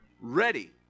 ready